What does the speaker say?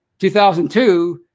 2002